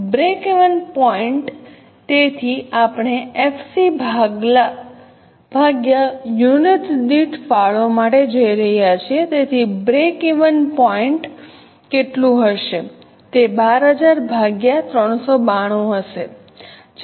breakeven point તેથી આપણે FC ભાગયા યુનિટ દીઠ ફાળો માટે જઈ રહ્યા છે તેથી બ્રેકન પોઇન્ટ કેટલું હશે તે 12000 ભાગયા 392 હશે